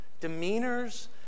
demeanors